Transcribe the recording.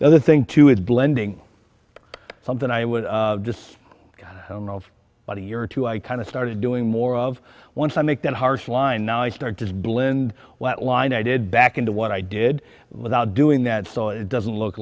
the other thing too is blending something i would just kind of what a year or two i kind of started doing more of once i make that harsh line now i start to blend that line i did back into what i did without doing that so it doesn't look